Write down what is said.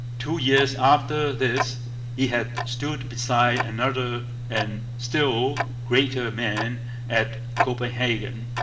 two years after this he had stood beside another and still greater man at copenhagen,